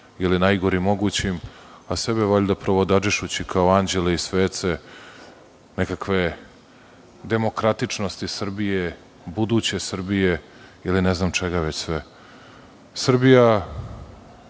ili najgorim mogućim, a sebe valjda provodadžišući kao anđele i svece nekakve demokratičnosti Srbije, buduće Srbije ili ne znam čega već sve. Srbija